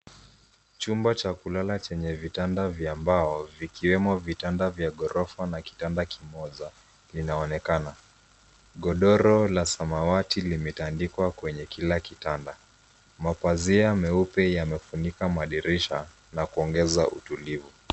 Chumba cha kulala chenye vitanda vya mbao, vikiwemo vitanda vya ghorofa na kitanda kimoja linaonekana. Godoro la samawati limetandikwa kwenye kila kitanda. Mapazia meupe yamefunika madirisha na kuongeza utulivu.